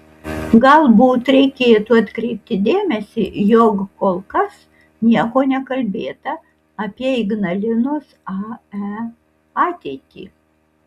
galbūt reikėtų atkreipti dėmesį jog kol kas nieko nekalbėta apie ignalinos ae ateitį